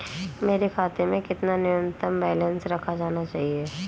मेरे खाते में कितना न्यूनतम बैलेंस रखा जाना चाहिए?